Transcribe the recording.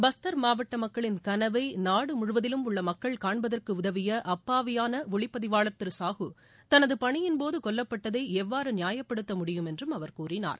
பஸ்டர் மாவட்ட மக்களின் கனவை நாடு முழுவதிலும் உள்ள மக்கள் காண்பதற்கு உதவிய அப்பாவியான ஒளிப்பதிவாளர் திரு சாஹு தனது பணியின்போது கொல்லப்பட்டதை எவ்வாறு நியாயப்படுத்த முடியும் என்றும் அவர் கூறினார்